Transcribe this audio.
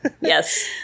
Yes